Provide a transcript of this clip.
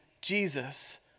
Jesus